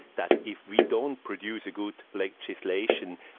that if we don't produce a good like legislation,